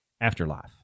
afterlife